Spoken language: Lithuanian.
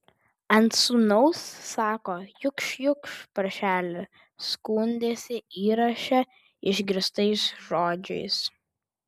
ant sūnaus sako jukš jukš paršeli skundėsi įraše išgirstais žodžiais